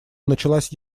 началась